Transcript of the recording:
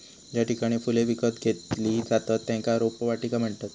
ज्या ठिकाणी फुले विकत घेतली जातत त्येका रोपवाटिका म्हणतत